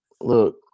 Look